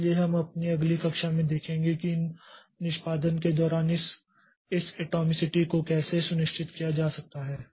इसलिए हम अपनी अगली कक्षा में देखेंगे कि इन निष्पादन के दौरान इस एटोमिसिटी को कैसे सुनिश्चित किया जा सकता है